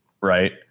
Right